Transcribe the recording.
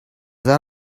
that